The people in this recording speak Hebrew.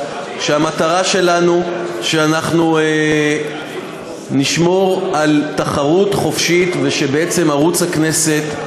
כשהמטרה שלנו היא שאנחנו נשמור על תחרות חופשית ושבעצם ערוץ הכנסת,